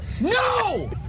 No